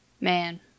Man